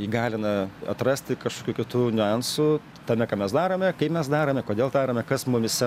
įgalina atrasti kažkokių kitų niuansų tame ką mes darome kaip mes darome kodėl darome kas mumyse